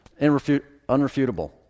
unrefutable